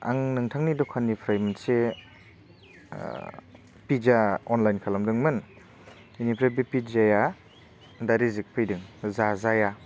आं नोंथांनि द'खाननिफ्राय मोनसे पिज्जा अनलाइन खालामदोंमोन बेनिफ्राय बे पिज्जाया दा रिजेक्ट फैदों जाजाया